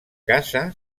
casa